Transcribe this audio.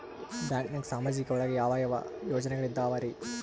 ಬ್ಯಾಂಕ್ನಾಗ ಸಾಮಾಜಿಕ ಒಳಗ ಯಾವ ಯಾವ ಯೋಜನೆಗಳಿದ್ದಾವ್ರಿ?